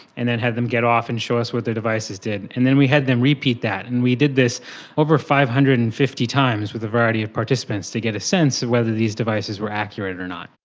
then had them get off and show us what their devices did. and then we had them repeat that. and we did this over five hundred and fifty times with a variety of participants to get a sense of whether these devices were accurate or not.